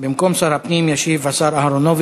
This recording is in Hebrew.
הצעה לסדר-היום מס' 3095. במקום שר הפנים ישיב השר אהרונוביץ.